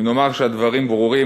אם נאמר שהדברים ברורים,